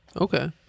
Okay